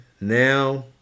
now